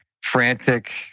frantic